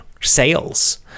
sales